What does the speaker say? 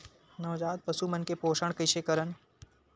नवजात पशु मन के पोषण कइसे करन?